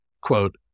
Quote